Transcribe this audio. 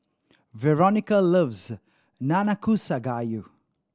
Veronica loves Nanakusa Gayu